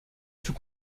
fut